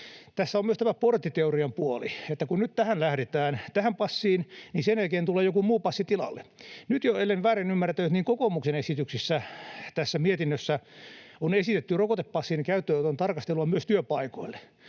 Tässä on myös tämä porttiteorian puoli, että kun nyt lähdetään tähän passiin, niin sen jälkeen tulee joku muu passi tilalle. Nyt jo, ellen väärin ymmärtänyt, kokoomuksen esityksistä tässä mietinnössä on esitetty rokotepassin käyttöönoton tarkastelua myös työpaikoille.